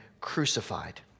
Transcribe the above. crucified